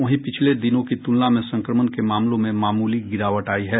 वहीं पिछले दिनों की तुलना में संक्रमण के मामलों में मामूली गिरावट आयी है